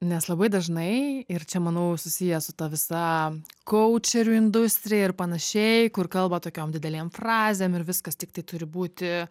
nes labai dažnai ir čia manau susiję su ta visa koučerių industrija ir panašiai kur kalba tokiom didelėm frazėm ir viskas tiktai turi būti